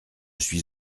suis